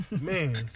man